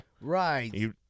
Right